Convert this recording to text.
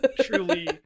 truly